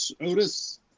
Otis